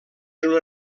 una